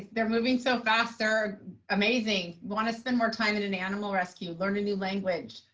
they're moving so fast, they're amazing. want to spend more time at an animal rescue, learn a new language,